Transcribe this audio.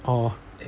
orh